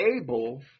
able